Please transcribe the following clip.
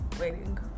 waiting